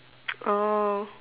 oh